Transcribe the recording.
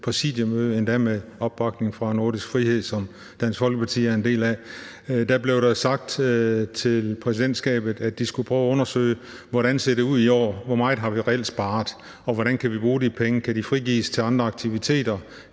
præsidiemøde, endda med opbakning fra Nordisk frihed, som Dansk Folkeparti er en del af. Der blev der sagt til præsidentskabet, at de skulle prøve at undersøge, hvordan det ser ud i år – hvor meget vi reelt har sparet, og hvordan vi kan bruge de penge. Kan de frigives til andre aktiviteter?